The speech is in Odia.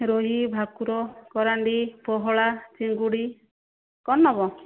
ରୋହି ଭାକୁର କେରାଣ୍ଡି ପୋହଳା ଚିଙ୍ଗୁଡ଼ି କଣ ନେବ